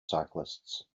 cyclists